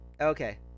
Okay